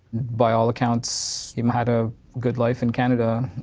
by all accounts, he um had a good life in canada,